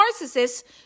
narcissists